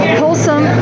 wholesome